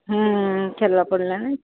ହୁଁ ପଡ଼ିଲାଣି